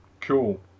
Cool